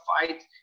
fight